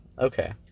Okay